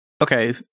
Okay